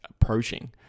approaching